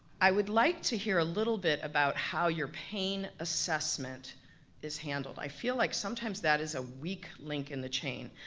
i would like to hear a little bit about how your pain assessment is handled. feel like sometimes that is a weak link in the chain.